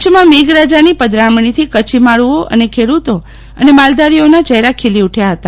કરછમાં મેઘરાજાની પધરામણીથી કરછી માડુઓ અને ખેડૂતો અને માલધારીઓના ચજેરા ખીલી ઉઠયા ફતા